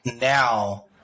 now –